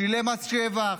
שילם מס שבח,